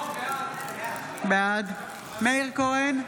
בעד מאיר כהן,